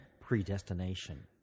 predestination